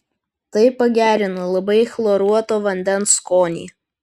tai pagerina labai chloruoto vandens skonį